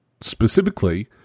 specifically